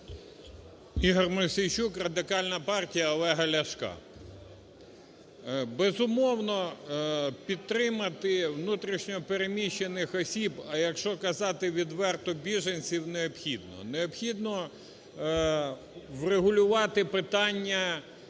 Ігор Мосійчук, Радикальна партія Олега Ляшка. Безумовно, підтримати внутрішньо переміщених осіб, а, якщо казати відверто, біженців необхідно. Необхідно врегулювати питання